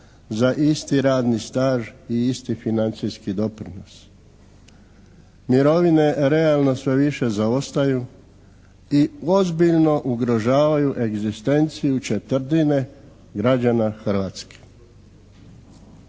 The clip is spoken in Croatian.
za isti radni staž i isti financijski doprinos. Mirovine realno sve više zaostaju i ozbiljno ugrožavaju egzistenciju četvrtine građana Hrvatske.